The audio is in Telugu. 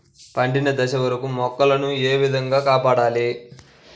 పండిన దశ వరకు మొక్కల ను ఏ విధంగా కాపాడాలి?